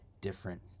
different